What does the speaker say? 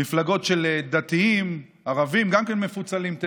מפלגות של דתיים, והערבים גם כן תכף